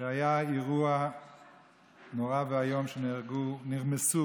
שבו היה אירוע נורא ואיום שנהרגו